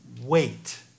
wait